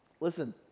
Listen